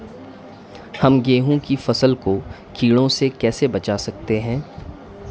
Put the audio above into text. हम गेहूँ की फसल को कीड़ों से कैसे बचा सकते हैं?